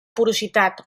porositat